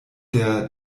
der